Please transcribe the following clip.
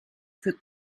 für